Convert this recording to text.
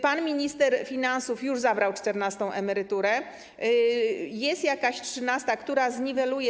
Pan minister finansów już zabrał czternastą emeryturę, jest jakaś trzynasta, która to zniweluje.